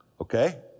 okay